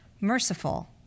merciful